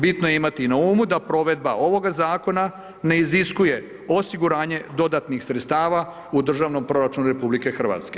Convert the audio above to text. Bitno je imati na umu da provedba ovog Zakona ne iziskuje osiguranje dodatnih sredstava u državnom proračunu RH.